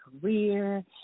career